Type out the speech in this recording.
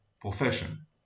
profession